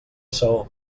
saó